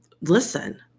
listen